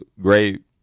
great